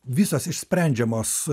visos išsprendžiamos